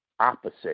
opposite